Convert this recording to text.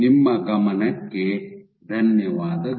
ನಿಮ್ಮ ಗಮನಕ್ಕೆ ಧನ್ಯವಾದಗಳು